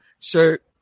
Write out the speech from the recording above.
shirt